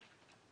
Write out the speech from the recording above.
בוקר טוב לכולם.